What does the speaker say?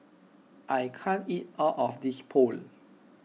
I can't eat all of this Pho